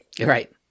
Right